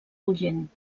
bullent